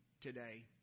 today